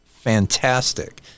fantastic